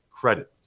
credit